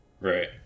Right